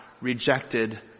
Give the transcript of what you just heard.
rejected